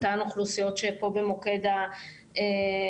אותן אוכלוסיות שפה במוקד הדיון.